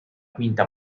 quinta